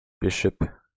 Bishop